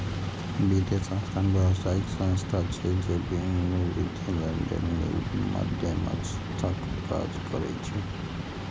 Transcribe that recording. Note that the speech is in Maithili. वित्तीय संस्थान व्यावसायिक संस्था छिय, जे विभिन्न वित्तीय लेनदेन लेल मध्यस्थक काज करै छै